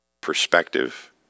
perspective